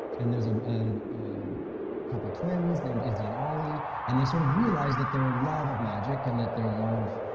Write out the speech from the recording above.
and there's ah a couple twins named izzy and ollie, and they sort of realized that their love of magic and that their love,